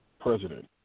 president